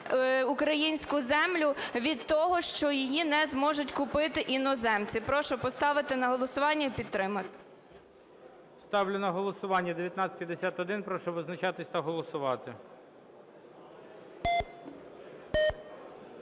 українську землю від того, що її не зможуть купити іноземці. Прошу поставити на голосування і підтримати. ГОЛОВУЮЧИЙ. Ставлю на голосування 1951. Прошу визначатись та голосувати.